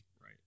Right